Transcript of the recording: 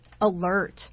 alert